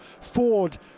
Ford